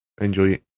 enjoy